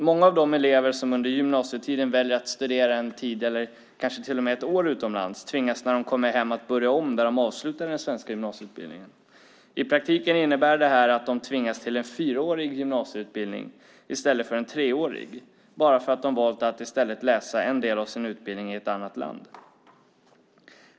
Många av de elever som under gymnasietiden väljer att studera en tid, kanske till och med ett år, utomlands tvingas när de kommer hem att börja om där de avslutade den svenska gymnasieutbildningen. I praktiken innebär det här att de tvingas till en fyraårig gymnasieutbildning i stället för en treårig bara för att de har valt att i stället läsa en del av sin utbildning i ett annat land.